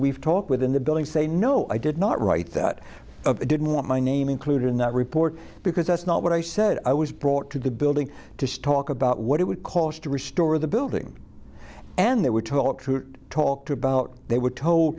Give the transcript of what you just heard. we've talked with in the building say no i did not write that i didn't want my name included in that report because that's not what i said i was brought to the building to talk about what it would cost to restore the building and there were talks talked about they were told